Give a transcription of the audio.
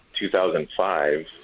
2005